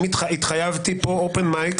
התחייבתי פה ב-open mike,